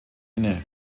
inne